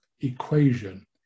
equation